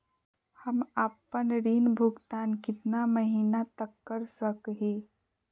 हम आपन ऋण भुगतान कितना महीना तक कर सक ही?